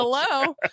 hello